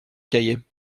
cahier